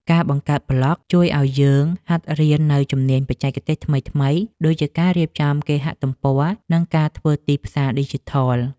ការបង្កើតប្លក់ជួយឱ្យយើងហាត់រៀននូវជំនាញបច្ចេកទេសថ្មីៗ ដូចជាការរៀបចំគេហទំព័រ និងការធ្វើទីផ្សារឌីជីថល។